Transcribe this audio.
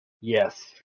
Yes